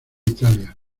italia